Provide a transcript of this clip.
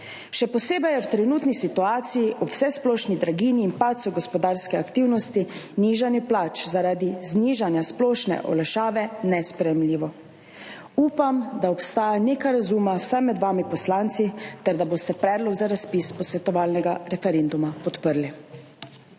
Še posebej je v trenutni situaciji ob vsesplošni draginji in padcu gospodarske aktivnosti nižanje plač zaradi znižanja splošne olajšave nesprejemljivo. Upam, da obstaja nekaj razuma vsaj med vami poslanci ter da boste predlog za razpis posvetovalnega referenduma podprli.